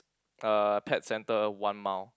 uh pet centre one mile